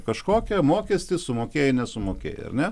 kažkokia mokestį sumokėjai nesumokėjai ar ne